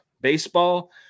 baseball